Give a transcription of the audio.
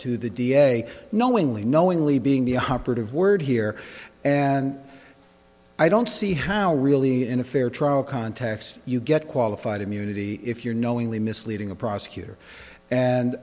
to the da knowingly knowingly being the operative word here and i don't see how really in a fair trial context you get qualified immunity if you're knowingly misleading a prosecutor and